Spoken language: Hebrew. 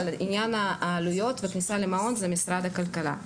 אבל עניין העלויות וכניסה למעון זה משרד הכלכלה.